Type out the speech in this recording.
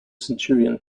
centurion